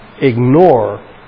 ignore